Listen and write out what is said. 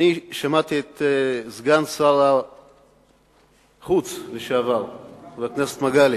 שמעתי את סגן שר החוץ לשעבר, חבר הכנסת מגלי